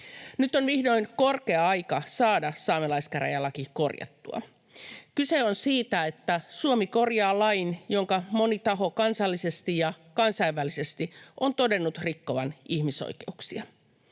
Nyt on vihdoin korkea aika saada saamelaiskäräjälaki korjattua. Kyse on siitä, että Suomi korjaa lain, jonka moni taho kansallisesti ja kansainvälisesti on todennut rikkovan ihmisoikeuksia.